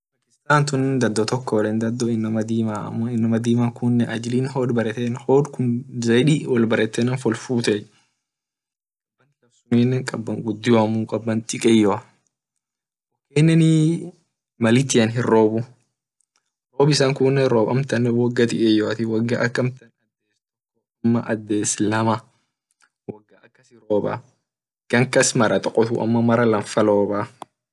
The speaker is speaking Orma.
Pakistantunn dado toko yeden dado inama dima amo inama dima kunne ajili hod baretee hod zaidi wol barete naf wolfutee amine kaban gudioamu kaban dikeyo ininii malitian hinrobu wo bisan kunne rob akana woga gudioamu woga dikeyo ak ades lama roba gan kas ak mar ades lama robaa.